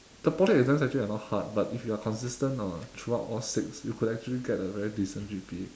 the poly exams actually are not hard but if you are consistent uh throughout all six you could actually get a very decent G_P_A